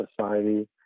society